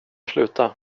sluta